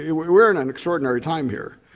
yeah we're we're in an extraordinary time here,